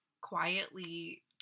quietly